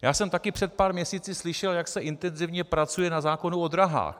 Já jsem také před pár měsíci slyšel, jak se intenzivně pracuje na zákonu o dráhách.